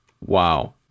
wow